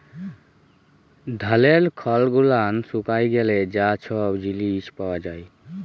ধালের খড় গুলান শুকায় গ্যালে যা ছব জিলিস পাওয়া যায়